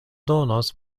donos